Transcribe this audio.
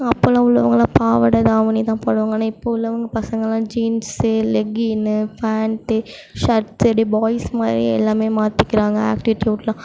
அப்போல்லாம் உள்ளவங்கள்லாம் பாவாடை தாவணிதான் போடுவாங்க ஆனால் இப்போ உள்ளவங்க பசங்கள்லாம் ஜீன்ஸு லெகின்னு பேண்ட்டு ஷட்ஸு அப்படே பாய்ஸ் மாதிரியே எல்லாமே மாற்றிக்கிறாங்க ஆட்டிடியூடெலாம்